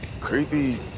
Creepy